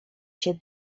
się